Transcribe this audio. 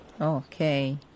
Okay